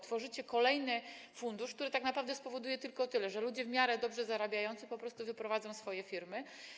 Tworzycie kolejny fundusz, który tak naprawdę spowoduje tylko tyle, że ludzie w miarę dobrze zarabiający po prostu wyprowadzą swoje firmy.